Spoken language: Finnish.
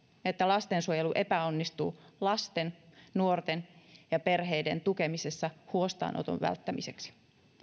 että lastensuojelu epäonnistuu lasten nuorten ja perheiden tukemisessa huostaanoton välttämiseksi